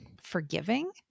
forgiving